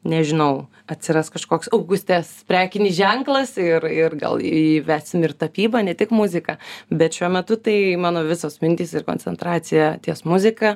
nežinau atsiras kažkoks augustės prekinis ženklas ir ir gal įvesim ir tapybą ne tik muziką bet šiuo metu tai mano visos mintys ir koncentracija ties muzika